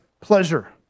pleasure